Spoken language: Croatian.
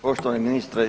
Poštovani ministre.